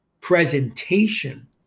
presentation